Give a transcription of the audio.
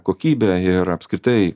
kokybė ir apskritai